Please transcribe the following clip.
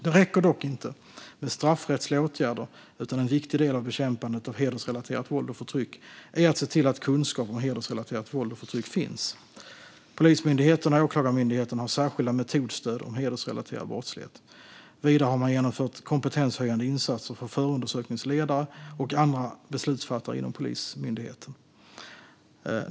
Det räcker dock inte med straffrättsliga åtgärder, utan en viktig del av bekämpandet av hedersrelaterat våld och förtryck är att se till att kunskap om hedersrelaterat våld och förtryck finns. Polismyndigheten och Åklagarmyndigheten har särskilda metodstöd mot hedersrelaterad brottslighet. Vidare har man genomfört kompetenshöjande insatser för förundersökningsledare och andra beslutsfattare inom Polismyndigheten.